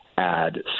add